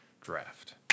draft